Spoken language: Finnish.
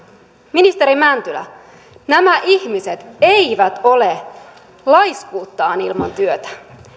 ministeri mäntylä nämä ihmiset eivät ole laiskuuttaan ilman työtä